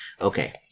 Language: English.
okay